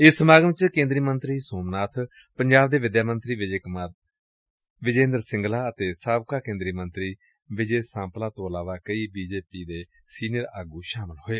ਇਸ ਸਮਾਗਮ ਚ ਕੇਦਰੀ ਮੰਤਰੀ ਸੋਮ ਨਾਥ ਪੰਜਾਬ ਦੇ ਵਿਦਿਆ ਮੰਤਰੀ ਵਿਜੇ ਇੰਦਰ ਸੰਗਲਾ ਅਤੇ ਸਾਬਕਾ ਕੇਦਰੀ ਮੰਤਰੀ ਵਿਜੇ ਸਾਂਪਲਾ ਤੋਂ ਇਲਾਵਾ ਕਈ ਬੀ ਜੇ ਪੀ ਦੇ ਕਈ ਸੀਨੀਅਰ ਆਗੁ ਸ਼ਾਮਲ ਹੋਏ